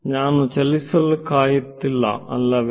ನಾನು ಚಲಿಸಲು ಕಾಯುತ್ತಿಲ್ಲ ಅಲ್ಲವೇ